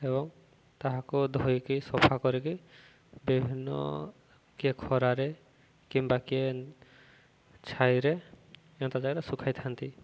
ଏବଂ ତାହାକୁ ଧୋଇକି ସଫା କରିକି ବିଭିନ୍ନ କିଏ ଖରାରେ କିମ୍ବା କିଏ ଛାଇରେ ଏନ୍ତା ଜାଗାରେ ଶୁଖାଇଥାନ୍ତି